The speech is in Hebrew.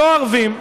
לא ערבים: